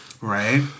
Right